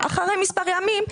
אחרי מספר ימים,